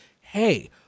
hey